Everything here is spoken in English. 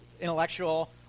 intellectual